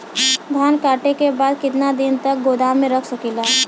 धान कांटेके बाद कितना दिन तक गोदाम में रख सकीला?